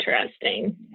interesting